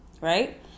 Right